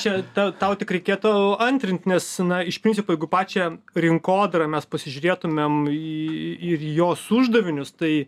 čia ta tau tik reikėtų antrint nes na iš pincipo jeigu pačią rinkodarą mes pasižiūrėtumėm į ir į jos uždavinius tai